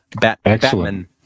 Batman